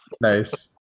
Nice